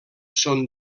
són